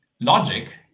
logic